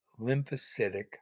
lymphocytic